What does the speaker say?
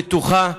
בטוחה,